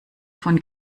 von